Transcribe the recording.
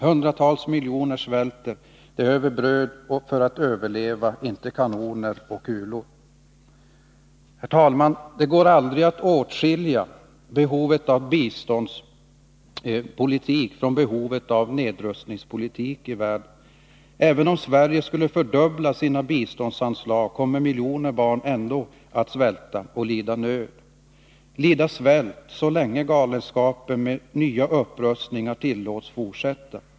Hundratals miljoner svälter, och de behöver bröd för att överleva, inte kanoner och kulor. Herr talman! Det går aldrig att åtskilja behovet av biståndspolitik från behovet av nedrustningspolitik i världen. Även om Sverige skulle fördubbla sina biståndsanslag, kommer miljoner barn att svälta och lida nöd — lida av svält så länge galenskapen med nya upprustningar tillåts fortsätta.